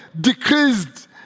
decreased